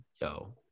Yo